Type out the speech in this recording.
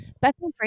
Bethany